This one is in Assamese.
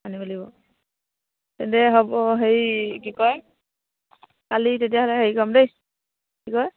আানিব লাগিব তেন্তে হ'ব হেৰি কি কয় কালি তেতিয়াহ'লে হেৰি কৰিম দেই কি কয়